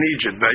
Egypt